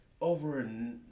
over